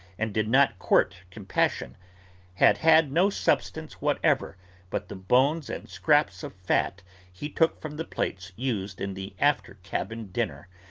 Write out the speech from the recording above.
and did not court compassion had had no sustenance whatever but the bones and scraps of fat he took from the plates used in the after cabin dinner,